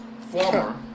former